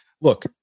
Look